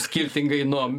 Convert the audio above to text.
skirtingai nuo